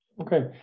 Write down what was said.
Okay